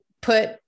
put